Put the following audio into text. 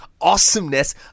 awesomeness